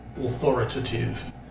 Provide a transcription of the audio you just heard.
authoritative